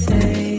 Say